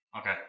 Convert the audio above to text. Okay